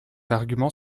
argument